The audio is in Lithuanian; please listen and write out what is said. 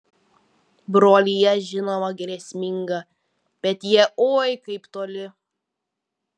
brolija žinoma grėsminga bet jie oi kaip toli